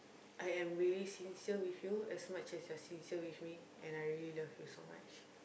I am really sincere with you as much as you're sincere with me and I really love you so much